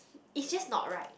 is just not right